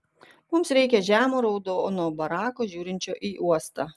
mums reikia žemo raudono barako žiūrinčio į uostą